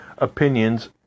Opinions